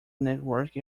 network